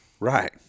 Right